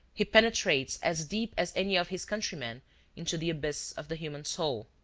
he penetrates as deep as any of his countrymen into the abyss of the human soul.